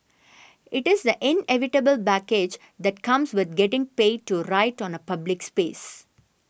it is the inevitable baggage that comes with getting paid to write on a public space